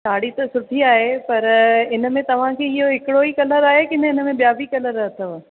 साड़ी त सुठी आहे पर इन में तव्हांजी इहो हिकिड़ो ई कलर आहे की न हिनमें ॿिया बि कलर अथव